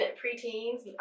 preteens